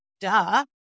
duh